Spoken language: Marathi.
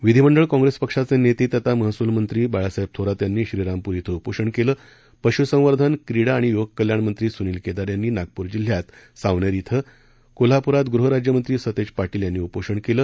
विधिमंडळ काँप्रेस पक्षाचे नेते तथा महसलूमंत्री बाळासाहेब थोरात यांनी श्रीरामपूर इथं उपोषण केलं पशुसंवर्धन क्रीडा आणि युवक कल्याण मंत्री सुनिल केदार यांनी नागपूर जिल्ह्यात सावनेर इथं कोल्हापूरात गृहराज्यमंत्री सतेज पाटील यांनी उपोषण केलं